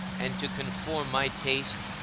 and to conform my taste,